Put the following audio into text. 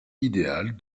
idéale